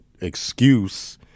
excuse